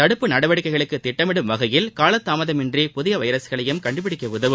தடுப்பு நடவடிக்கைகளுக்கு திட்டமிடும் வகையில் கால தாமதமின்றி புதிய வைரஸ்களையும் கண்டுபிடிக்க உதவும்